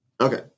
Okay